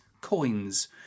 coins